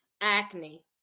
Acne